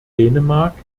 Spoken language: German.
dänemark